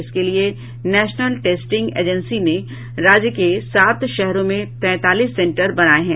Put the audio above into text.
इसके लिये national testing agency ने राज्य के सात शहरों में तैंतालीस सेंटर बनाये हैं